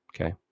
Okay